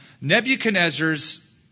Nebuchadnezzar's